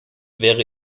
wäre